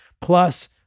plus